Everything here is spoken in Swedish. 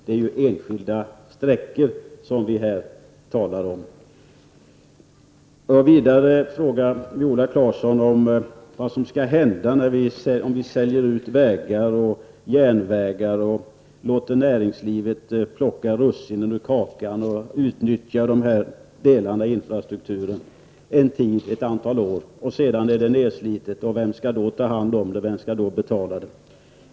Det är ju bara enstaka sträckor som vi talar om i detta sammanhang. Vidare frågade Viola Claesson vad som kommer att hända om vi säljer ut vägar och järnvägar och låter näringslivet plocka russinen ur kakan och ut nyttja dessa delar av infrastrukturen ett antal år. Vem skall sedan, när det hela är nedslitet, betala? frågade Viola Claesson.